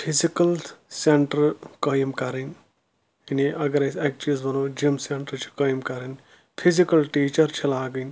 physical centre قٲیِم کَرٕنۍ یعنے اگر أسۍ اَکہِ چیٖز وَنو جِم سؠنٹَر چھِ قٲیِم کَرٕنۍ فِزِکَل ٹیٖچَر چھِ لاگٕنۍ